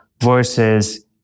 versus